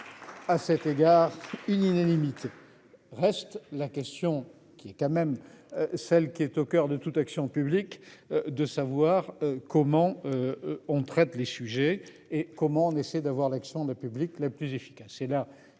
À cet égard. Illimité. Reste la question qui est quand même celle qui est au coeur de toute action publique, de savoir comment. On traite les sujets et comme on essaie d'avoir l'accent de public la plus efficace,